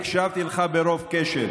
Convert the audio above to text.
תקשיב לי, כסיף, אני הקשבתי לך ברוב קשב.